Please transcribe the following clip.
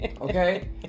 okay